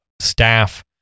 staff